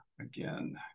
again